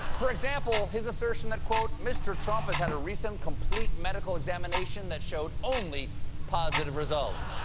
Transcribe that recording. for example, his assertion that mr. trump has had a recent complete medical examination that showed only positive results.